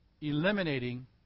eliminating